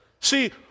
See